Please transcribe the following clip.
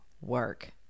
work